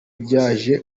byaje